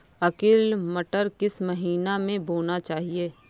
Arkel मटर किस महीना में बोना चाहिए?